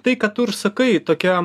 tai ką tu ir sakai tokia